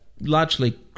largely